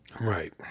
Right